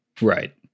Right